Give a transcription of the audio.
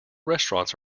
restaurants